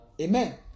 Amen